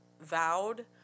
Vowed